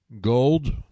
gold